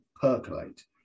percolate